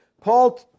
Paul